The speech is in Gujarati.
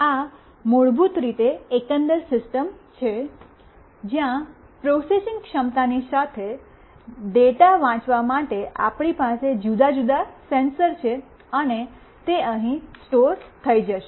આ મૂળભૂત રીતે એકંદર સિસ્ટમ છે જ્યાં પ્રોસેસિંગ ક્ષમતાની સાથે ડેટા વાંચવા માટે આપણી પાસે જુદા જુદા સેન્સર છે અને તે અહીં સ્ટોર થઈ જશે